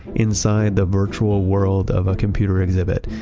inside the virtual world of a computer exhibit,